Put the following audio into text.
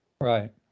Right